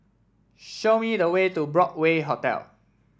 show me the way to Broadway Hotel